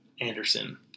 Anderson